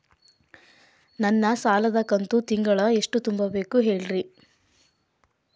ನನ್ನ ಸಾಲದ ಕಂತು ತಿಂಗಳ ಎಷ್ಟ ತುಂಬಬೇಕು ಹೇಳ್ರಿ?